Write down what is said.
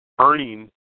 earning